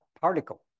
particle